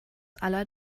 aller